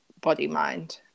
body-mind